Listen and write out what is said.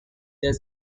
that